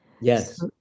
yes